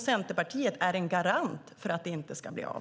Centerpartiet är en garant för att det inte ska bli av.